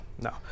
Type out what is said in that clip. no